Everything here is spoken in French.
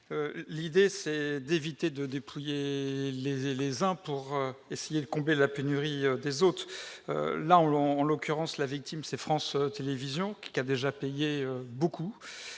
qui est d'éviter de dépouiller les uns pour essayer de combler la pénurie des autres ! Là, en l'occurrence, la victime, c'est France Télévisions, qui a déjà payé beaucoup.